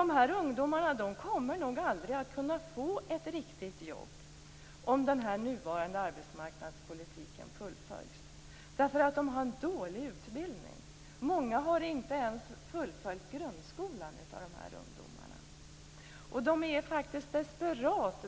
De här ungdomarna kommer nog aldrig att kunna få ett riktigt jobb om den nuvarande arbetsmarknadspolitiken fullföljs. De har nämligen en dålig utbildning. Många av dem har inte ens fullföljt grundskolan. De är i desperat